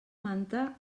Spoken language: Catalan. manta